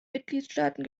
mitgliedstaaten